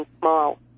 small